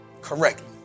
correctly